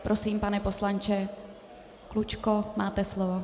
Prosím, pane poslanče Klučko, máte slovo.